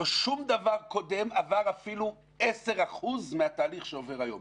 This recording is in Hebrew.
לא שום דבר קודם עבר אפילו 10% מהתהליך שעובר היום.